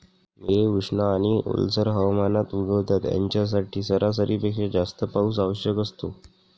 मिरे उष्ण आणि ओलसर हवामानात उगवतात, यांच्यासाठी सरासरीपेक्षा जास्त पाऊस आवश्यक असतो